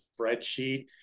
spreadsheet